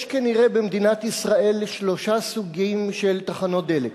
יש כנראה במדינת ישראל שלושה סוגים של תחנות דלק.